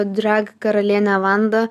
drag karaliene vanda